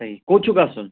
صحیح کوٚت چھُو گژھُن